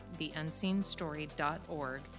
theunseenstory.org